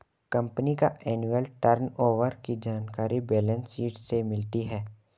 company का annual turnover की जानकारी बैलेंस शीट से मिलती है